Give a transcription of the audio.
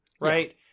Right